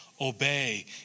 obey